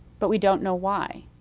but we don't know why.